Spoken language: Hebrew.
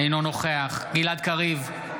אינו נוכח גלעד קריב,